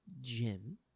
Jim